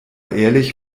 ehrlich